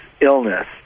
illness